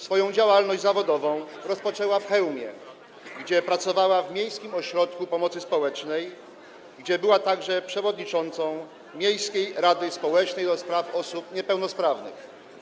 Swoją działalność zawodową rozpoczęła w Chełmie, gdzie pracowała w miejskim ośrodku pomocy społecznej, a także gdzie była przewodniczącą miejskiej rady społecznej do spraw osób niepełnosprawnych.